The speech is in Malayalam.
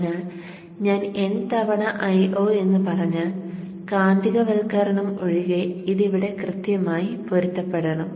അതിനാൽ ഞാൻ n തവണ Io എന്ന് പറഞ്ഞാൽ കാന്തികവൽക്കരണം ഒഴികെ ഇത് ഇവിടെ കൃത്യമായി പൊരുത്തപ്പെടണം